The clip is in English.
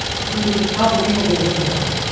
including how believable women are,